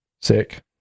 Sick